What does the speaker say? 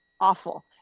awful